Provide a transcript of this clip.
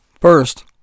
First